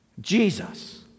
Jesus